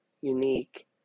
unique